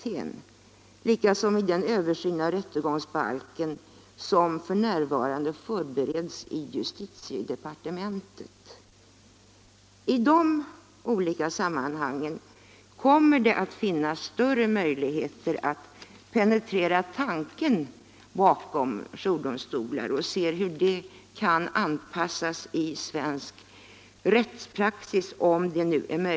Den kan också bli aktuell vid den översyn av rättegångsbalken som f. n. förbereds i justitiedepartementet. I dessa olika sammanhang kommer det att finnas större möjligheter att penetrera tanken bakom jourdomstolar och se om och hur sådana kan anpassas till svensk rättspraxis.